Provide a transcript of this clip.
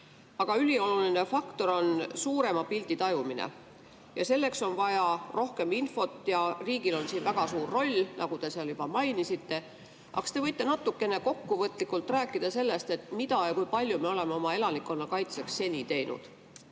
Aga ülioluline faktor on suurema pildi tajumine. Selleks on vaja rohkem infot ja riigil on siin väga suur roll, nagu te juba mainisite. Aga kas te võite natukene kokkuvõtlikult rääkida sellest, mida ja kui palju me oleme oma elanikkonna kaitseks seni teinud?